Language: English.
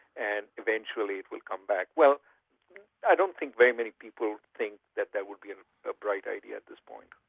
and eventually it will come back. well i don't think very many people think that that would be um a bright idea at this point.